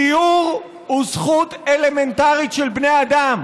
דיור הוא זכות אלמנטרית של בני אדם,